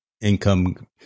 income